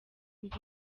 ndi